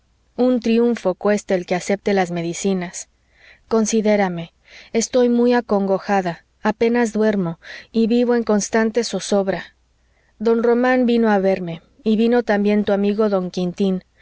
un triunfo cuesta el que acepte las medicinas considérame estoy muy acongojada apenas duermo y vivo en constante zozobra don román vino a verme y vino también tu amigo don quintín